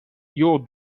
your